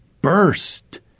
burst